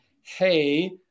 hey